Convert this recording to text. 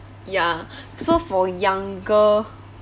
ya so for younger